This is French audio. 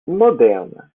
moderne